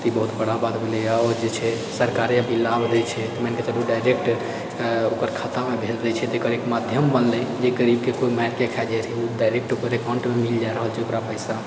तऽ ई बहुत बड़ा बात भेलैए आओर जे छै सरकारे अभी लाभ दै छै तऽ मानिकऽ चलू डायरेक्ट ओकर खातामे भेज दै छै तऽ एकर एक माध्यम बनलै जे गरीबके कोइ मारिके खाए जाइत रहै डायरेक्ट ओकरा एकाउण्ट मे मिल जाए रहल छै ओकरा पैसा